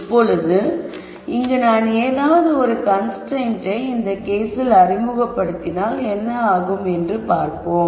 இப்பொழுது இங்கு நான் ஏதாவது ஒரு கன்ஸ்ரைன்ட்டை இந்த கேஸில் அறிமுகப்படுத்தினால் என்ன ஆகும் என்று பார்ப்போம்